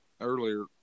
earlier